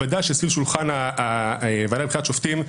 בוודאי שסביב שולחן הוועדה לבחירת שופטים,